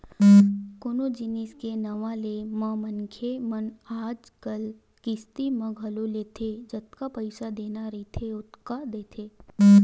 कोनो जिनिस के नवा ले म मनखे मन आजकल किस्ती म घलोक लेथे जतका पइसा देना रहिथे ओतका देथे